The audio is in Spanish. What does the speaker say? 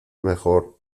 mejor